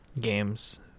games